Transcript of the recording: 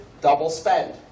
double-spend